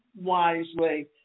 wisely